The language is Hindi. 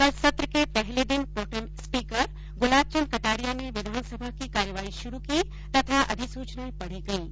कल सत्र के पहले दिन प्रोटेम स्पीकर गुलाब चंद कटारिया ने विधानसभा की कार्यवाही शुरु की तथा अधिसुचनाएं पढ़ी गयीं